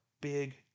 big